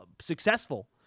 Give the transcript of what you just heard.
successful